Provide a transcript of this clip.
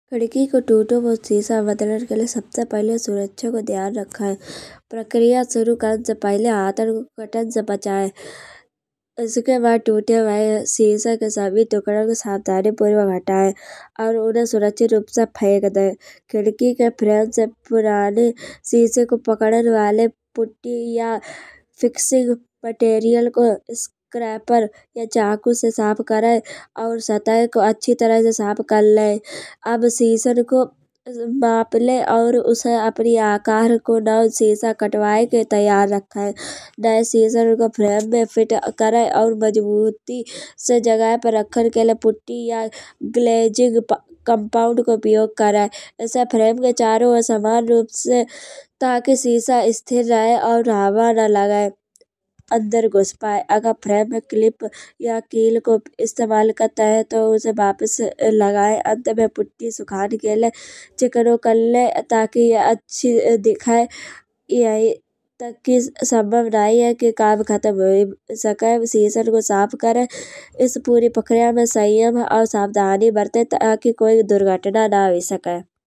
खिड़की को टूंटो भयो शीशा बदलन के लए सबसे पहिले सुरक्षा को ध्यान रखे। प्रक्रिया शुरू करन से पहिले हाथन को कटान से बचाए। इसके बाद टूटे भये शीशा के सभी टुकड़न को सावधानी पूर्वक हटाए। और उन्हें सुरक्षित रूप से फेक दे खिड़की के फ्रेम से पुराने शीशे को पकड़न वाले पुट्टी या फिक्सिंग मटेरियल को स्क्रैपर या चाकू से साफ करे। और सतह को अच्छी तरह से साफ करले। अब शीशान को माप ले और उसे अपन आकार को नयो शीशा कटवाए के तैयार रखे। नये शीहसान को फ्रेम में फिट करे और मजबूती से जगह पे रखन के लए पुट्टी या ग्लेज़िंग कंपाउंड को उपयोग करे। ऐसे फ्रेम के चारो ओर समान रूप से ताकि शीशा स्थिर रहे। और हवा ना लगे अंदर घुस पाए। अगर फ्रेम में क्लिप या कील को इस्तेमाल करत है। तो उसे वापस लगाए। अंत में पुट्टी सूखन के लए चिकनो कर ले। ताकि यह अच्छी दिखे यही तक की संभव नहीं है कि काम खत्म हुई सके। शीशा को साफ करे। इस पूरी प्रक्रिया में संयम और सावधानी बरते ताकि कोई दुर्घटना ना हुई सके।